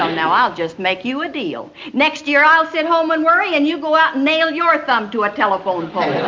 now i'll just make you a deal. next year, i'll sit home and worry and you go out, nail your thumb to a telephone pole